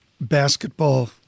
basketball